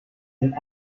een